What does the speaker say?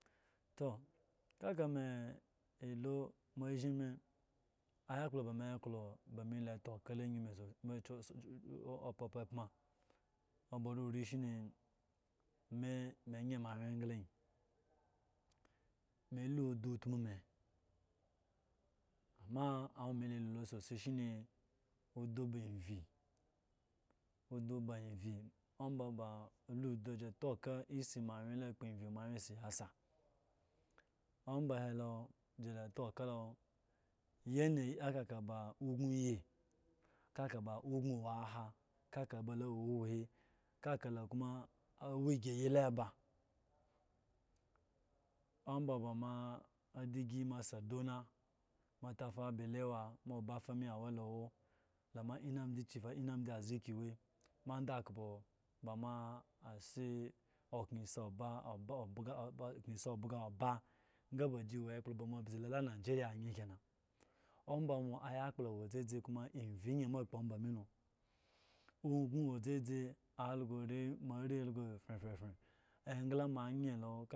To kaka me elo moa ashin me aya ekplo ba me eklo ba me eta ok lo pepepen me me eyen moa wye egla ayin me o do utmu me ome do lo sosai shine ba evyi odo ba evyi omba ba lodo toka esi moa wye akpo evyi omba ba lodo toka esi moa wye kpo evyi moawye siyasa omba he lo si la etaka lo yana ekaka ba ugno oye kaka lo kuma owo esyi y b ombn ba moa adiji moa saduna moa tafabaliwa moa abafime awolowo la moa inchi wa moa andkpo ba moa asa okyesi oba obga oba sa bayi ewo ekplo moa bzi nigeria yen rena omba mo ayakplo awo dzizi kuma enyi ayin mo akpo omba me lo ugno wo dzizi algo ori moa ari algo frefre egla moa ayen